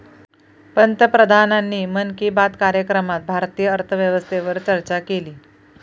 पंतप्रधानांनी मन की बात कार्यक्रमात भारतीय अर्थव्यवस्थेवर चर्चा केली